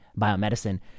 biomedicine